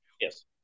Yes